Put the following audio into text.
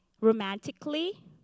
romantically